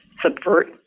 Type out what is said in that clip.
subvert